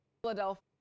Philadelphia